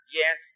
yes